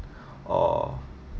uh